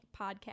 podcast